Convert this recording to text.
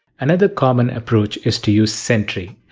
another common approach is to use sentry.